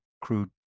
crude